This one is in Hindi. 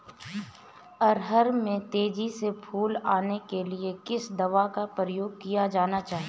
अरहर में तेजी से फूल आने के लिए किस दवा का प्रयोग किया जाना चाहिए?